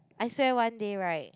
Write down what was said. I swear one day right